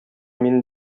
мине